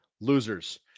losers